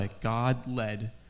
God-led